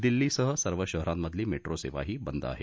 दिल्लीसह सर्व शहरामधली मेट्रो सेवाही बंद आहे